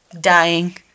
Dying